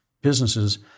businesses